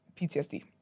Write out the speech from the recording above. PTSD